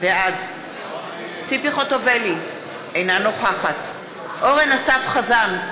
בעד ציפי חוטובלי, אינה נוכחת אורן אסף חזן,